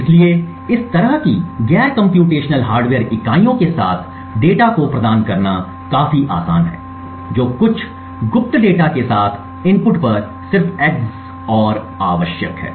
इसलिए इस तरह की गैर कम्प्यूटेशनल हार्डवेयर इकाइयों के साथ डेटा को प्रदान करना काफी आसान है जो कुछ गुप्त डेटा के साथ इनपुट पर सिर्फ एक EX OR आवश्यक है